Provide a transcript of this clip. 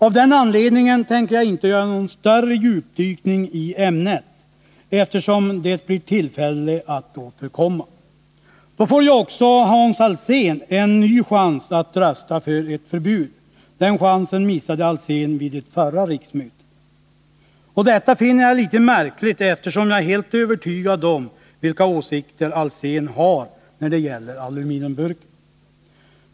Av den anledningen tänker jag inte göra någon större djupdykning i ämnet, eftersom det blir tillfälle att återkomma. Då får också Hans Alsén en ny chans att rösta för ett förbud — den chansen missade han vid det förra riksmötet. Detta finner jag litet märkligt, eftersom jag är helt övertygad om vilka åsikter herr Alsén har när det gäller aluminiumburken.